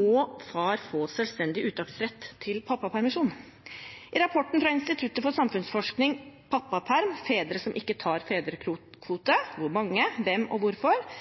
må far få selvstendig uttaksrett til pappapermisjon. I rapporten «Pappaperm? Fedre som ikke tar fedrekvote – hvor mange, hvem og hvorfor?»